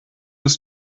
ist